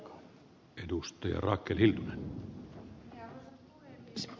arvoisa puhemies